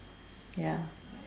ya